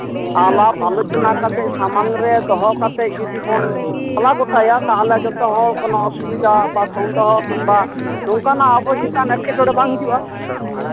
ᱟᱞᱟᱯ ᱟᱞᱳᱪᱚᱱᱟ ᱠᱟᱛᱮᱫ ᱥᱟᱢᱟᱝ ᱨᱮ ᱫᱚᱦᱚ ᱠᱟᱛᱮᱫ ᱡᱩᱫᱤ ᱵᱚᱱ ᱥᱟᱞᱟ ᱜᱚᱴᱟᱭᱟ ᱛᱟᱦᱞᱮ ᱡᱚᱛᱚ ᱦᱚᱲ ᱠᱚᱱᱳ ᱤᱚᱥᱩᱵᱤᱫᱟ ᱵᱟ ᱥᱚᱱᱫᱮᱦᱚ ᱠᱤᱝᱵᱟ ᱱᱚᱝᱠᱟᱱᱟᱜ ᱟᱵᱚ ᱪᱮᱛᱟᱱ ᱮᱴᱠᱮᱴᱚᱬᱮ ᱵᱟᱝ ᱦᱤᱡᱩᱜᱼᱟ